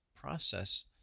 process